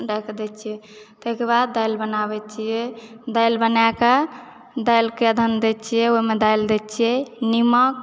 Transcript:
ढकि दैत छियै ताहिकऽ बाद दालि बनाबैत छियै दालि बनैक दालिकऽ अदहन दैत छियै ओहिम दालि दैत छियै नीमक